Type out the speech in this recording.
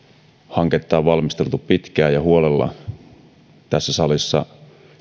hanketta on valmisteltu pitkään ja huolella ja tässä salissa